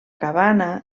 cabana